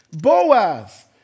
Boaz